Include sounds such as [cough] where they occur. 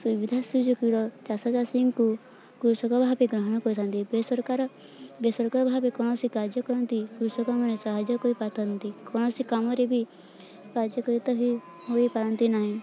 ସୁବିଧା ସୁଯୋଗର ଚାଷ ଚାଷୀଙ୍କୁ କୃଷକ ଭାବେ ଗ୍ରହଣ କରିଥାନ୍ତି ବେସରକାର ବେସରକାର ଭାବେ କୌଣସି କାର୍ଯ୍ୟ କରନ୍ତି କୃଷକମାନେ ସାହାଯ୍ୟ କରିପାରିଥାନ୍ତି କୌଣସି କାମରେ ବି [unintelligible] ହୋଇ ହୋଇପାରନ୍ତି ନାହିଁ